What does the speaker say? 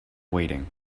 waiting